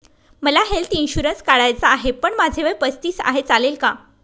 मला health insurance काढायचा आहे पण माझे वय पस्तीस आहे, चालेल का?